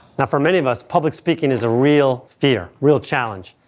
now for many of us, public speaking is a real fear, real challenge.